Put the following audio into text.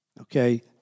okay